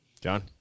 John